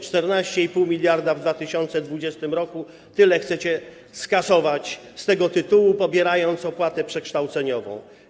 14,5 mld w 2020 r. - tyle chcecie skasować z tego tytułu, pobierając opłatę przekształceniową.